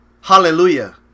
hallelujah